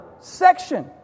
section